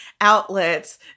outlets